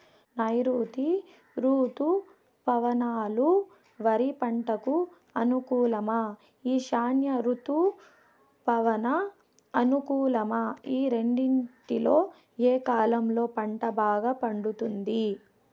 నైరుతి రుతుపవనాలు వరి పంటకు అనుకూలమా ఈశాన్య రుతుపవన అనుకూలమా ఈ రెండింటిలో ఏ కాలంలో పంట బాగా పండుతుంది?